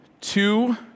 two